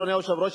אדוני היושב-ראש,